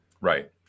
Right